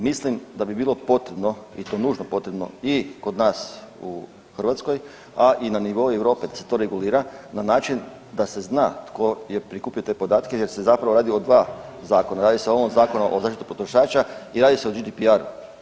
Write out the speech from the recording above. Mislim da bi bilo potrebno i to nužno potrebno i kod nas u Hrvatskoj, a i na nivo Europe da se to regulira na način da se zna tko je prikupljao te podatke jer se zapravo radi o 2 zakona, radi se o ovom Zakonu o zaštiti potrošača i radi se o GDPR-u.